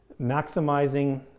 maximizing